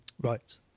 Right